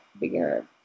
bigger